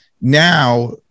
now